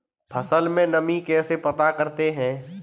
फसल में नमी कैसे पता करते हैं?